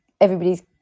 everybody's